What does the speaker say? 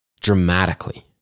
dramatically